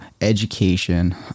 education